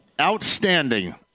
Outstanding